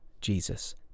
Jesus